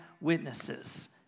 witnesses